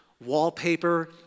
wallpaper